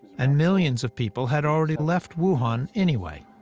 and millions of people had already left wuhan, anyway.